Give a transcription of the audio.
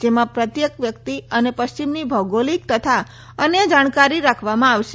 જેમાં પ્રત્યેક વ્યકિત અને પશ્ચિમની ભૌગોલિક તથા અન્ય જાણકારી રાખવામાં આવશે